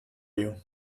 you